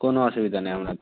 কোনো অসুবিধা নেই আপনার